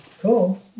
Cool